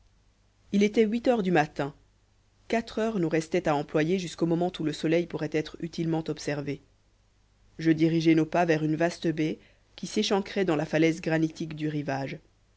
il était huit heures du matin quatre heures nous restaient à employer jusqu'au moment où le soleil pourrait être utilement observé je dirigeai nos pas vers une vaste baie qui s'échancrait dans la falaise granitique du rivage